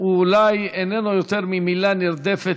מרב מיכאלי,